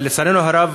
אבל לצערנו הרב